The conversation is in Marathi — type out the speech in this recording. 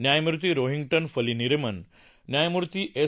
न्यायमूर्ती रोहिंग्ञे फली नरिमन न्यायमूर्ती एस